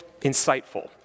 insightful